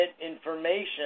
information